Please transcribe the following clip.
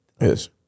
Yes